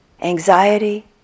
Anxiety